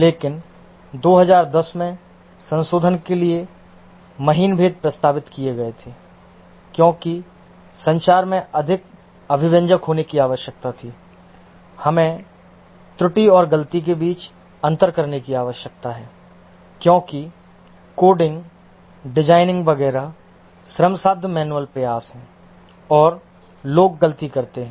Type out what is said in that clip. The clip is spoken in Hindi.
लेकिन 2010 में संशोधन के लिए महीन भेद प्रस्तावित किए गए थे क्योंकि संचार में अधिक अभिव्यंजक होने की आवश्यकता थी हमें त्रुटि और गलती के बीच अंतर करने की आवश्यकता है क्योंकि कोडिंग डिजाइनिंग वगैरह श्रमसाध्य मैनुअल प्रयास हैं और लोग गलती करते हैं